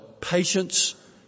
Patience